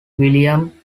william